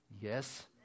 yes